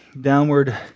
downward